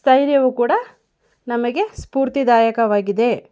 ಸ್ಥೈರ್ಯವು ಕೂಡ ನಮಗೆ ಸ್ಪೂರ್ತಿದಾಯಕವಾಗಿದೆ